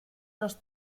los